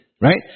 right